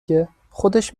گه، خودش